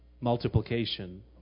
Multiplication